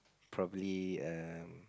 probably a